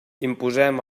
imposem